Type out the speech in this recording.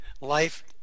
life